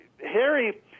Harry